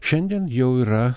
šiandien jau yra